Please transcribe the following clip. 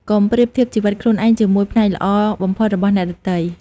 កុំប្រៀបធៀបជីវិតខ្លួនឯងជាមួយ ផ្នែកល្អបំផុតរបស់អ្នកដទៃ។